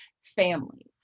family